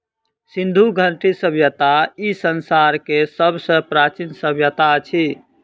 सिंधु घाटी सभय्ता ई संसार के सब सॅ प्राचीन सभय्ता अछि